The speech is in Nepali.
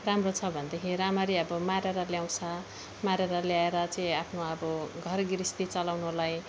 राम्रो छ भनेदेखि राम्ररी अब मारेर ल्याउँछ मारेर ल्याएर चाहिँ अब घर गृहस्थी चलाउनलाई